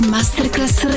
Masterclass